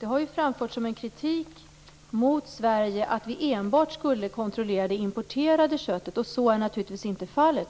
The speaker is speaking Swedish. Det har framförts som en kritik mot Sverige att vi skulle kontrollera enbart det importerade köttet. Så är naturligtvis inte fallet.